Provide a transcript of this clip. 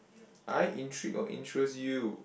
I intrigue or interest you